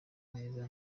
neza